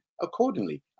accordingly